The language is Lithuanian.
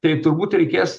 tai turbūt reikės